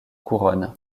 couronne